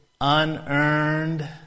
unearned